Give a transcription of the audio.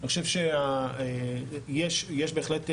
יש בהחלט ניצנים.